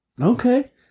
okay